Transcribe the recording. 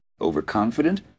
overconfident